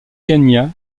kenya